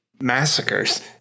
massacres